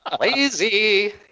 Lazy